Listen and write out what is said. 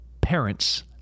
parents